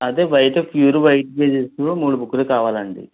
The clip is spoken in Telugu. అదే వైట్ ప్యూర్ వైట్ పేజెస్లో మూడు బుక్లు కావాలండి